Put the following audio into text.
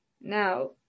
Now